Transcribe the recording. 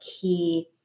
key